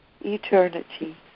eternity